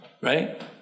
Right